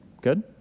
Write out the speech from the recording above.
Good